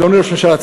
אדוני ראש הממשלה,